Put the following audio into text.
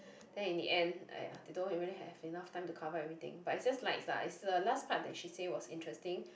then in the end aiyah they don't even have enough time to cover everything but it's just lights lah it's the last part that she say was interesting